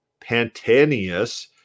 Pantanius